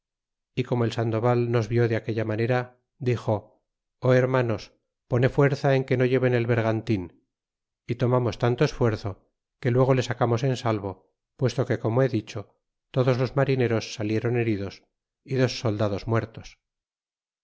y como el sandoval nos ni de aquella manera dixo hermanos pone fuerza en que no lleven el bergantín y tomamos tanto esfuerzo que luego le sacamos en salvo puesto que como he dicho todos los marineros salieron heridos y dos soldados muertos